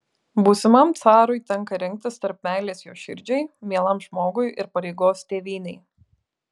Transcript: būsimam carui tenka rinktis tarp meilės jo širdžiai mielam žmogui ir pareigos tėvynei